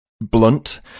blunt